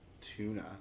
tuna